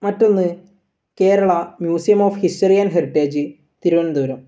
മറ്റൊന്ന് Kerala museum of history and heritage Thiruvananthapuram